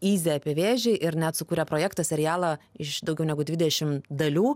įzį apie vėžį ir net sukurė projektą serialą iš daugiau negu dvidešim dalių